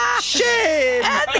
Shame